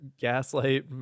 gaslight